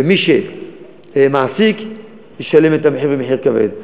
ומי שיעסיק ישלם את המחיר, ומחיר כבד.